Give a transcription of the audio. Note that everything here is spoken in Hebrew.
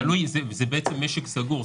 זה בעצם משק סגור,